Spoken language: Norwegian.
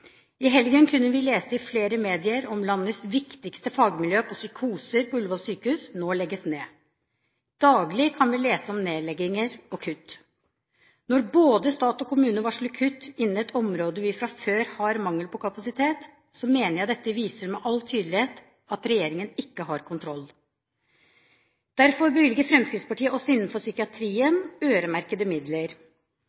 I helgen kunne vi lese i flere medier om at landets viktigste fagmiljø på psykoser – på Ullevål sykehus – nå legges ned. Daglig kan vi lese om nedlegginger og kutt. Når både stat og kommune varsler kutt innen et område der vi fra før har mangel på kapasitet, mener jeg det viser med all tydelighet at regjeringen ikke har kontroll. Derfor bevilger Fremskrittspartiet også innenfor psykiatrien